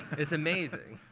it's amazing.